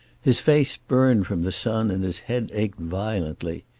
his face burned from the sun, and his head ached violently.